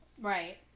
Right